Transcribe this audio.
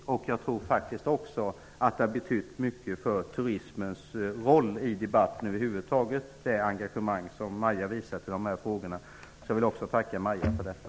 Det engagemang som Maja har visat i dessa frågor har betytt mycket för turismens roll i debatten över huvud taget. Jag vill också tacka Maja för detta.